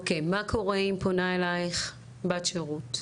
אוקיי, מה קורה אם פונה אליך בת שירות,